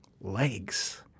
legs